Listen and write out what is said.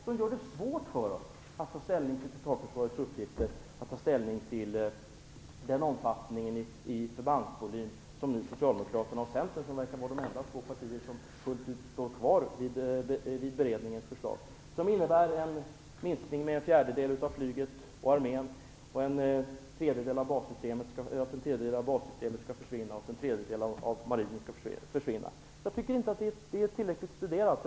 Det gör det svårt för oss att ta ställning till totalförsvarets uppgifter, till omfattningen i förbandsvolym. Socialdemokraterna och Centern verkar vara de enda partier som fullt ut står kvar vid beredningens förslag, som innebär en minskning med en fjärdedel av flyget och armén. En tredjedel av bassystemet och en tredjedel av marinen skall försvinna. Jag tycker inte att det är tillräckligt studerat.